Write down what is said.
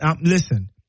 listen